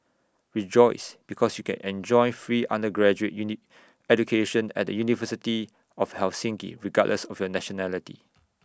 rejoice because you can enjoy free undergraduate education at the university of Helsinki regardless of your nationality